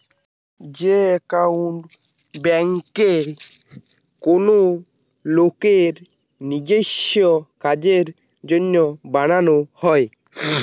যে একাউন্ট বেঙ্কে কোনো লোকের নিজেস্য কাজের জন্য বানানো হয়